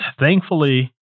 thankfully